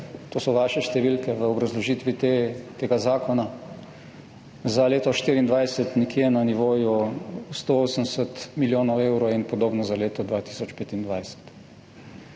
to so vaše številke v obrazložitvi tega zakona, za leto 2024 nekje na nivoju 180 milijonov evrov in podobno za leto 2025.